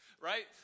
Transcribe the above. right